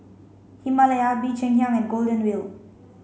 Himalaya Bee Cheng Hiang and Golden Wheel